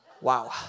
Wow